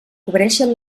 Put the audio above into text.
cobreixen